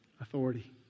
authority